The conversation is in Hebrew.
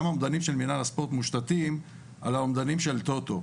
גם האומדנים של מינהל הספורט מושתתים על האומדנים של טוטו.